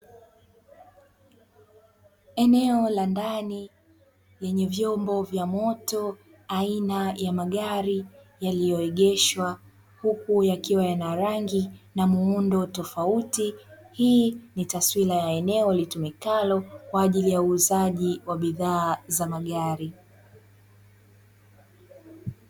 Eneo la ndani lenye vyombo vya moto aina ya magari yaliyoegeshwa huku yakiwa yana rangi na muundo tofauti. Hii ni taswira ya eneo litumikalo kwa ajili ya uuzaji wa bidhaa za magari.